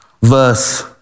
verse